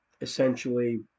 essentially